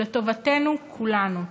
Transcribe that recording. הוא לטובת כולנו,